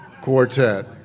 Quartet